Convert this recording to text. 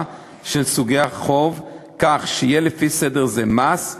של סוגי החוב כך שיהיו לפי סדר זה: מס,